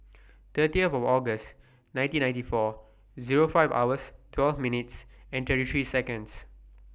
thirty of August nineteen ninety four Zero five hours twelve minutes and thirty three Seconds